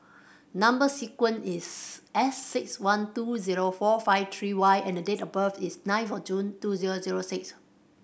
number sequence is S six one two zero four five three Y and date of birth is nine of June two zero zero six